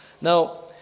Now